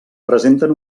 presenten